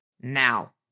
Now